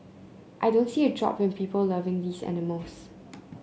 I don't see a drop in people loving these animals